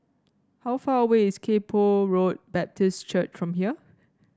how far away is Kay Poh Road Baptist Church from here